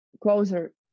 closer